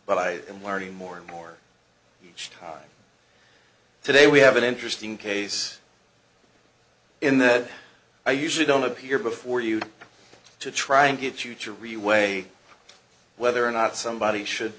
but i am learning more and more each time today we have an interesting case in that i usually don't appear before you to try and get you to really weigh whether or not somebody should